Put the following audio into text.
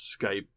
Skype